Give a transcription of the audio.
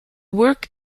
work